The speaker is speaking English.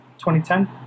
2010